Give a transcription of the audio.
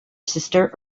sister